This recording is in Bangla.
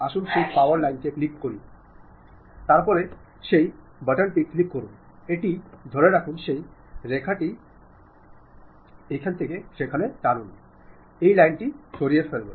আসুন সেই পাওয়ার লাইনে ক্লিক করুন তারপরে সেই বোতামটি ক্লিক করুন এটি ধরে রাখুন সেই রেখাটি ধরে টানুন এটি লাইনটি সরিয়ে ফেলবে